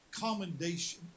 commendation